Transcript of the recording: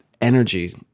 energy